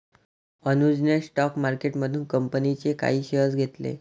अनुजने स्टॉक मार्केटमधून कंपनीचे काही शेअर्स घेतले